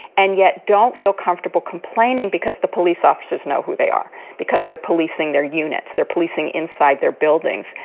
and yet don't feel comfortable complaining because the police officers know who they are because they're policing their units. they're policing inside their buildings.